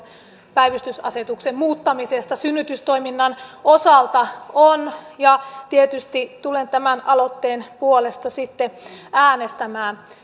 päivystysasetuksen muuttamisesta synnytystoiminnan osalta on ja tietysti tulen tämän aloitteen puolesta sitten äänestämään